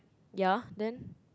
ya then